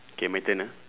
okay my turn ah